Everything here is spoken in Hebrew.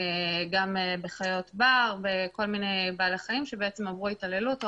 גם בחיות בר ובכל מיני בעלי חיים שעברו התעללות או